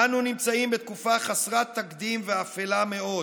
אנו נמצאים בתקופה חסרת תקדים ואפלה מאוד.